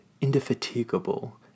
indefatigable